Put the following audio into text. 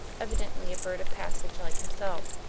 evidently a bird of passage like himself.